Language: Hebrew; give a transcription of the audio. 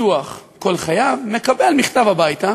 ביטוח כל חייו, מקבל מכתב הביתה